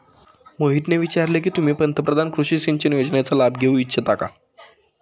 मोहितने विचारले की तुम्ही प्रधानमंत्री कृषि सिंचन योजनेचा लाभ घेऊ इच्छिता का?